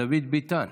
דוד ביטן,